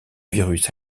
virus